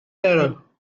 terror